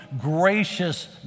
gracious